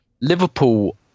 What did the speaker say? Liverpool